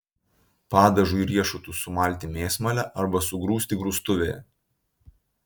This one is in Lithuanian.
padažui riešutus sumalti mėsmale arba sugrūsti grūstuvėje